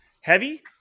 heavy